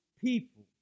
people